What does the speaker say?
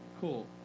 Cool